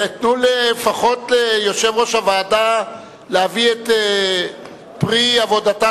תנו ליושב-ראש הוועדה להביא את פרי עבודתה